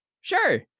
Sure